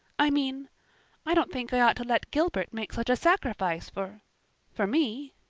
i mean i don't think i ought to let gilbert make such a sacrifice for for me.